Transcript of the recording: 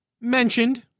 mentioned